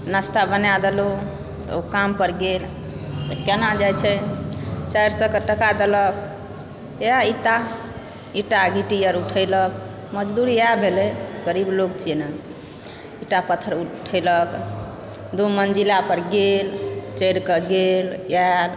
नास्ता बना देलहुँ ओ काम पर गेल तऽ केना जाए छै चारि सए कऽ टका देलक इएह ईटा ईटा गिट्टी आर उठेलक मजदूर इएह भेलै गरीब लोक छियै ने ईटा पत्थर उठेलक दू मन्जिला पर गेल चढ़िकऽ गेल आएल